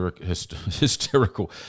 hysterical